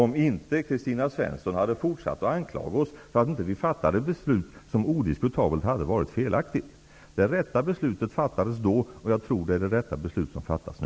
Men Kristina Svensson fortsätter att anklaga oss för att vi inte fattade ett beslut som odiskutabelt hade varit felaktigt. Det rätta beslutet fattades då, och jag tror att det är det rätta beslutet som fattas nu.